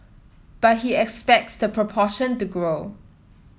but he expects the proportion to grow